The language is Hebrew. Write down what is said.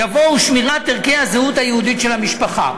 יבוא "שמירת ערכי הזהות היהודית של המשפחה".